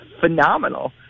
phenomenal